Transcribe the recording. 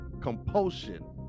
compulsion